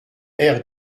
air